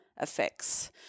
effects